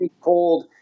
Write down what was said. cold